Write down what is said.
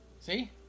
See